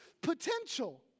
potential